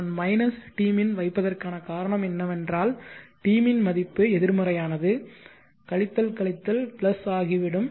நான் minus tmin வைப்பதற்கான காரணம் என்னவென்றால் tmin மதிப்பு எதிர்மறையானது கழித்தல் கழித்தல் பிளஸ் ஆகிவிடும்